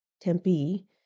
Tempe